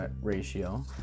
ratio